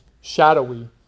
shadowy